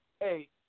Hey